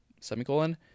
semicolon